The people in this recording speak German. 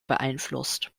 beeinflusst